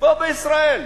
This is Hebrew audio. פה בישראל.